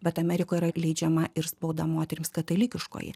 bet amerikoje yra leidžiama ir spauda moterims katalikiškoji